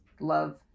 love